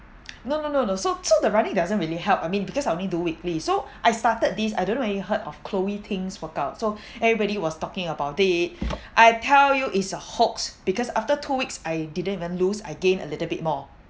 no no no no so so the running doesn't really help I mean because I only do weekly so I started this I don't know whether you heard of chloe ting's workout out so everybody was talking about it I tell you it's a hoax because after two weeks I didn't even lose I gained a little bit more